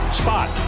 spot